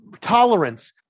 tolerance